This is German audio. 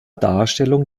darstellung